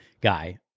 guy